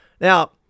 Now